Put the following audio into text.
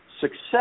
success